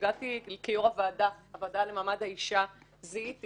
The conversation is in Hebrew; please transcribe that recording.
כשהגעתי כיושבת-ראש הוועדה למעמד האישה, זיהיתי